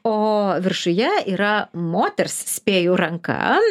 o viršuje yra moters spėju ranka